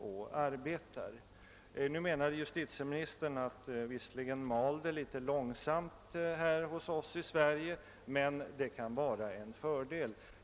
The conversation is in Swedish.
Justitieministern menade nu att utredningsmaskineriet här i Sverige visserligen mal en smula långsamt men att detta kan vara en fördel.